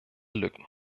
lücken